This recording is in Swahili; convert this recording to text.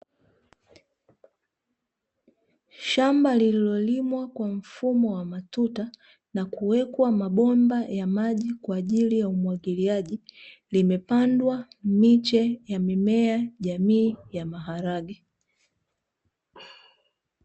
Shamba lililolimwa kwa mfumo wa matuta, na kuwekwa mabomba ya maji kwa ajili ya umwagiliaji, limepandwa miche ya mimea jamii ya maharage.